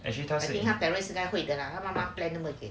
他 parents 应该会的 lah 他妈妈 plan 的问题